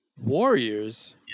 Warriors